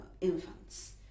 infants